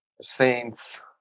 Saints